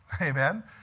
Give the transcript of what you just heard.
Amen